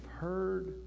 heard